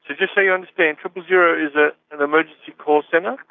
just so you understand, triple zero is ah an emergency call centre.